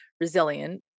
resilient